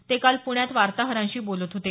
ते काल प्ण्यात वार्ताहरांशी बोलत होते